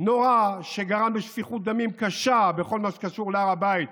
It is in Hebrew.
נורא שגרם לשפיכות דמים קשה בכל מה שקשור בהר הבית?